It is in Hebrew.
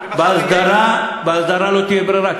בהסדרה לא תהיה ברירה,